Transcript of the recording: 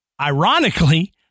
ironically